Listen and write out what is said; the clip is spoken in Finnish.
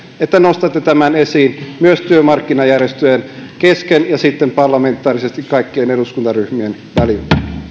että nostatte tämän esiin myös työmarkkinajärjestöjen kesken ja sitten parlamentaarisesti kaikkien eduskuntaryhmien välillä